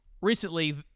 Recently